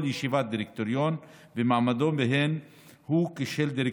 ישיבת דירקטוריון ומעמדו בהן הוא כשל חבר דירקטוריון,